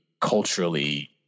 culturally